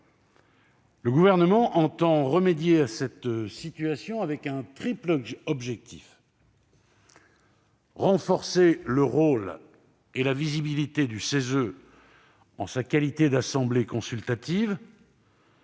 Le Gouvernement entend remédier à cette situation avec un triple objectif : renforcer le rôle et la visibilité du CESE en sa qualité d'assemblée consultative,